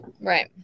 Right